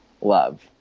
love